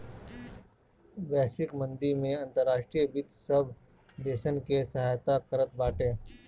वैश्विक मंदी में अंतर्राष्ट्रीय वित्त सब देसन के सहायता करत बाटे